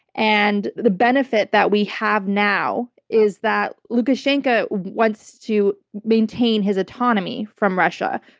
and the benefit that we have now is that lukashenko wants to maintain his autonomy from russia.